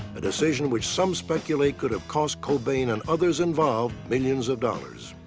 a decision which some speculate could have cost cobain and others involved millions of dollars.